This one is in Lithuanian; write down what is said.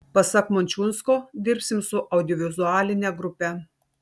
pasak mončiunsko dirbsim su audiovizualine grupe